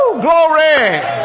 Glory